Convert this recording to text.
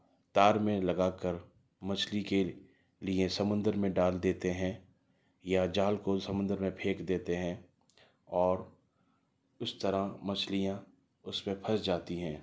تار میں لگا کر مچھلی کے لئے سمندر میں ڈال دیتے ہیں یا جال کو سمندر میں پھینک دیتے ہیں اور اس طرح مچھلیاں اس میں پھنس جاتی ہیں